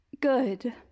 Good